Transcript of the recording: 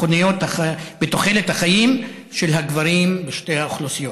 בתוחלת החיים של הגברים בשתי האוכלוסיות.